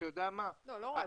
לא רצו.